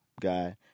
guy